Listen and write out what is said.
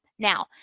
now,